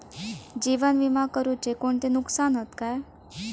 जीवन विमा करुचे कोणते नुकसान हत काय?